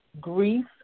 grief